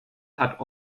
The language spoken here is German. hat